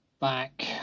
back